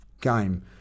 game